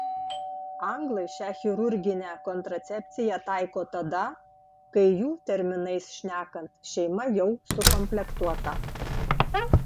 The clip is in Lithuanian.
anglai šią chirurginę kontracepciją taiko tada kai jų terminais šnekant šeima jau sukomplektuota